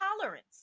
tolerance